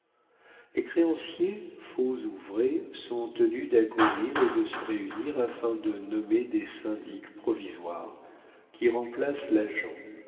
les créanciers faux ou vrais sont tenus d'accourir et de se réunir afin de nommer des syndics provisoires qui remplacent l'agent